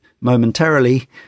momentarily